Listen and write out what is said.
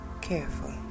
careful